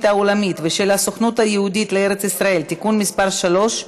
העולמית ושל הסוכנות היהודית לארץ-ישראל (תיקון מס' 3)